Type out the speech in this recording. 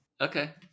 Okay